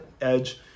edge